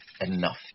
enough